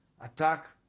attack